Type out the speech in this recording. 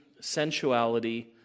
sensuality